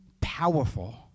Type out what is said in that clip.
powerful